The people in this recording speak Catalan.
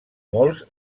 molts